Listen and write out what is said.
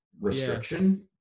restriction